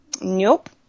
Nope